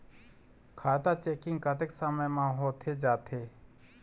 खाता चेकिंग कतेक समय म होथे जाथे?